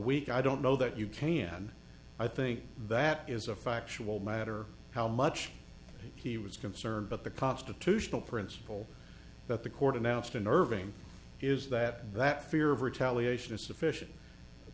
week i don't know that you can i think that is a factual matter how much he was concerned but the constitutional principle that the court announced in irving is that that fear of retaliation is sufficient of